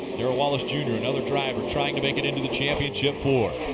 darrell wallace jr, another driver trying to make it into the championship four.